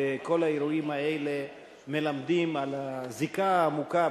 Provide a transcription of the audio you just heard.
וכל האירועים האלה מלמדים על הזיקה העמוקה,